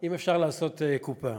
אם אפשר לעשות קופה?